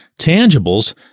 tangibles